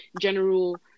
general